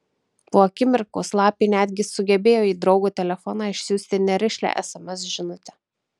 po akimirkos lapė netgi sugebėjo į draugo telefoną išsiųsti nerišlią sms žinutę